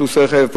פלוס רכב,